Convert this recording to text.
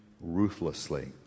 ruthlessly